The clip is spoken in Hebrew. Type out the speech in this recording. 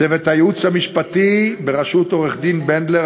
צוות הייעוץ המשפטי בראשות עורכת-הדין בנדלר,